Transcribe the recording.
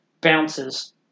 bounces